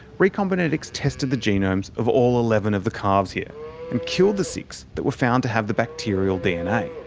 recombinetics tested the genomes of all eleven of the calves here and killed the six that were found to have the bacterial dna.